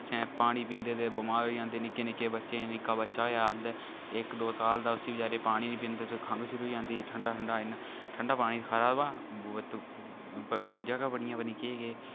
असें पानी पींदे ते बमार होई जंदे निक्के निक्के बच्चे निक्का बच्चा होएआ ते इक दो साल दा उसी बचारे गी पानी पींदे खंघ शुरू होई जंदी ठंडा ठंडा इ'न्ना ठंडा पानी खरा बा इत्त चीजां गै बड़ियां पता नी केह् केह्